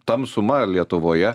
tamsuma lietuvoje